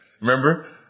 Remember